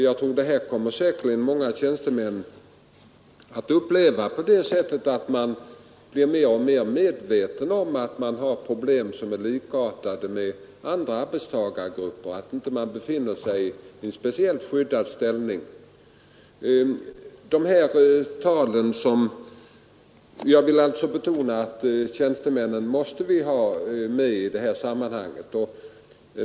Jag tror att detta kommer många tjänstemän att uppleva på det sättet att man blir mer och mer medveten om att man har problem som är likartade med andra arbetstagargruppers och inte befinner sig i en speciellt skyddad ställning. Jag vill alltså betona att vi måste ha med tjänstemännen i beredskapsåtgärderna.